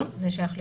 זה שייך לדלתא.